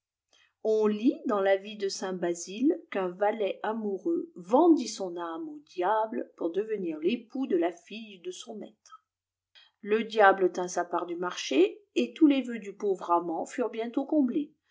on lit dans la ft saba bariie qu'un valet amoureux vendit son âme au diable pemr devenir fux de la fille de son maître le diable tint sa part du naarehé et tous les vœux du pauvre amant furent biefbtéi comblés